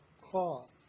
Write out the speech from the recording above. cloth